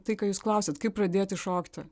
tai ką jūs klausiat kaip pradėti šokti